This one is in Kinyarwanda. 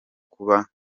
kuba